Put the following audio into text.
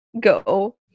go